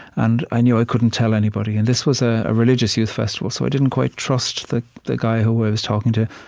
and i knew i couldn't tell anybody. and this was a religious youth festival, so i didn't quite trust the the guy who i was talking to,